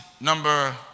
number